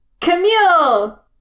Camille